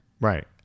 right